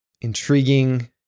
intriguing